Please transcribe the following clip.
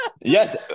Yes